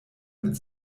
mit